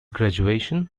graduation